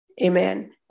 amen